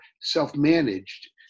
self-managed